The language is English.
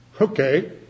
Okay